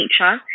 nature